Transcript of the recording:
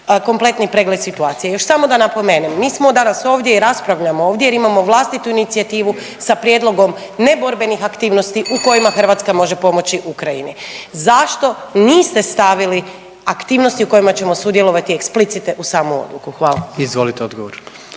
kompletni pregled situacije. Još samo da napomenem, mi smo danas ovdje i raspravljamo ovdje jer imamo vlastitu inicijativu sa prijedlogom neborbenih aktivnosti u kojima Hrvatska može pomoći Ukrajini. Zašto niste stavili aktivnosti u kojima ćemo sudjelovati explicite u samu odluku? Hvala. **Jandroković,